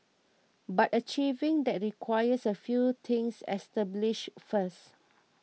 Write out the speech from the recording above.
but achieving that requires a few things established first